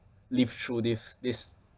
live through this this